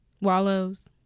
wallows